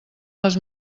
les